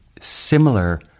similar